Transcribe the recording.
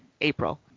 April